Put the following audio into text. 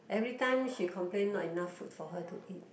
everytime she complain not enough food for her to eat